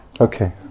Okay